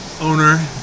owner